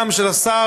גם של השר,